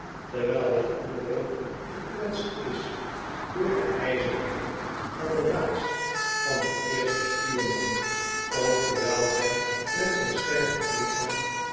terwijl het andere gekwetst is door den ijzeren hak van de laars van den eersten stuurman of terwijl hij met zijn stervend lichaam